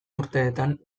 urteetan